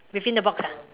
within the box ah